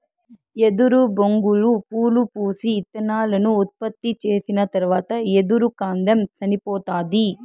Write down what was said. ఎదురు బొంగులు పూలు పూసి, ఇత్తనాలను ఉత్పత్తి చేసిన తరవాత ఎదురు కాండం సనిపోతాది